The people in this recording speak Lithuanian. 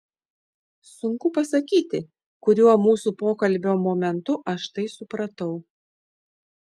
sunku pasakyti kuriuo mūsų pokalbio momentu aš tai supratau